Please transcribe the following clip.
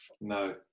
No